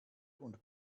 und